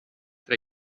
tra